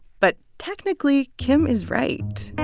but technically, kim is right